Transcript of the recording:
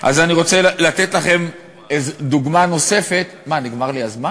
אני רוצה לתת לכם דוגמה נוספת, מה,